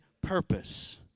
purpose